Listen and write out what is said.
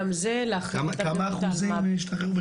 גם זה --- את האלמ"ב.